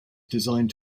designed